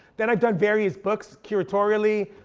then i've done various books, curatorially.